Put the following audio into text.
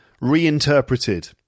reinterpreted